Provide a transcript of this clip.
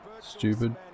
Stupid